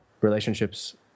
relationships